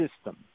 system